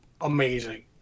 Amazing